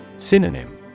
Synonym